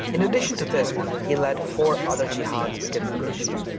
in addition to this one, he led four other jihads against the christians.